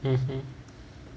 mmhmm